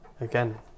again